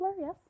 yes